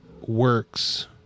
works